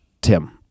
tim